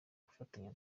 gufatanya